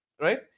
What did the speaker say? right